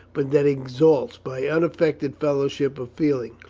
but that exalts by unaffected fellowship of feeling,